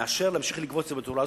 מאשר להמשיך לגבות את זה בצורה הזאת,